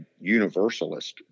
universalist